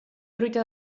truita